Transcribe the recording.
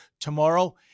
tomorrow